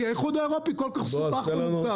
כי האיחוד האירופי כל כך מסובך ומורכב.